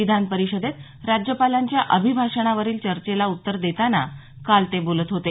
विधानपरिषदेत राज्यपालांच्या अभिभाषणावरील चर्चेला उत्तर देताना ते काल बोलत होते